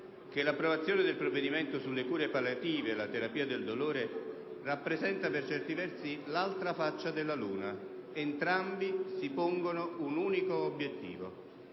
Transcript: che l'approvazione del provvedimento sulle cure palliative e sulla terapia del dolore rappresenta per certi versi l'altra faccia della luna: entrambi si pongono un unico obiettivo;